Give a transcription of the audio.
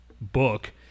book